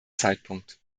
zeitpunkt